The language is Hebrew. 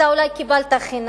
אתה אולי קיבלת חינם.